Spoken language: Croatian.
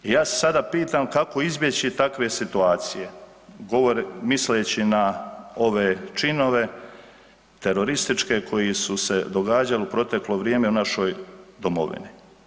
Ja se sada pitam kako izbjeći takve situacije misleći na ove činove terorističke koji su se događali u proteklo vrijeme u našoj domovini.